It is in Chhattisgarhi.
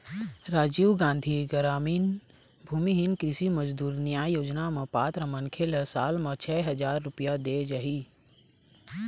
राजीव गांधी गरामीन भूमिहीन कृषि मजदूर न्याय योजना म पात्र मनखे ल साल म छै हजार रूपिया देय जाही